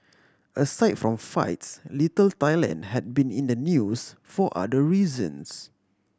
aside from fights Little Thailand had been in the news for other reasons